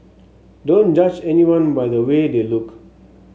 don't judge anyone by the way they look